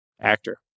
actor